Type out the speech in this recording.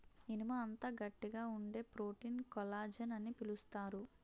ఇనుము అంత గట్టిగా వుండే ప్రోటీన్ కొల్లజాన్ అని పిలుస్తారు